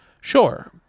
Sure